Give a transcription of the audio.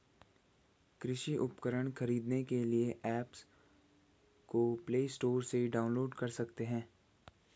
कृषि उपकरण खरीदने के लिए एप्स को प्ले स्टोर से डाउनलोड कर सकते हैं